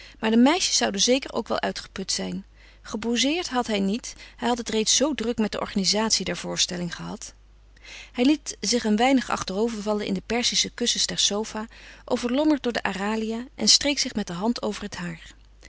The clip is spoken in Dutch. maar de meisjes zouden zeker ook wel uitgeput zijn gepozeerd had hij niet hij had het reeds zoo druk met de organizatie der voorstelling gehad hij liet zich een weinig achterover vallen in de perzische kussens der sofa overlommerd door de aralia en streek zich met de hand over het haar